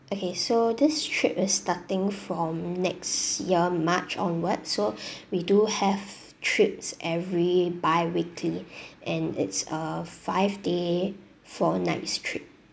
okay so this trip is starting from next year march onwards so we do have trips every biweekly and it's a five day four nights trip